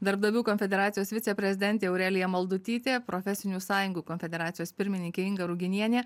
darbdavių konfederacijos viceprezidentė aurelija maldutytė profesinių sąjungų konfederacijos pirmininkė inga ruginienė